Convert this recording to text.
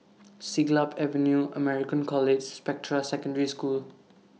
Siglap Avenue American College Spectra Secondary School